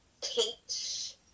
Teach